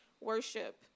worship